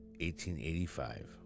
1885